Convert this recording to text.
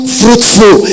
fruitful